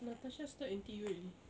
natasha start N_T_U already